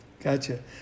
Gotcha